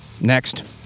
Next